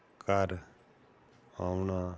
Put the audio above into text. ਕਰਵਾਉਣਾ